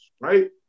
right